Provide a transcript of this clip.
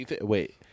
Wait